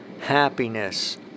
happiness